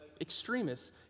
extremists